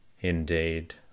Indeed